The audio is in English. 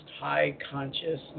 high-consciousness